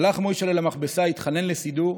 הלך מוישל'ה למכבסה, התחנן לסידור.